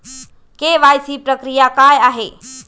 KYC प्रक्रिया काय आहे?